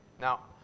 Now